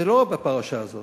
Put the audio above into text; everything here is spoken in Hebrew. ולא רק בפרשה הזאת.